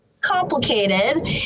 Complicated